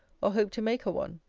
or hoped to make her one.